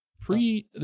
pre